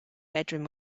bedroom